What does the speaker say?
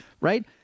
right